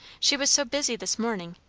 she was so busy this morning,